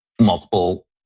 multiple